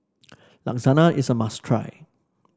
Lasagne is a must try